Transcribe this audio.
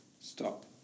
Stop